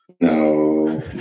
No